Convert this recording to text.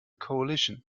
coalition